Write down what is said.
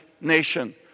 nation